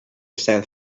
sent